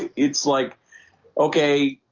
it's like okay,